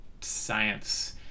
science